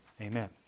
Amen